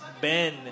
Ben